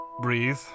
breathe